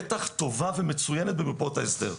בטח טובה ומצוינת במרפאות ההסדר.